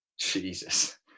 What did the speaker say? Jesus